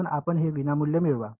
तर आपण ते विनामूल्य मिळवा